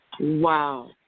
Wow